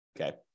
Okay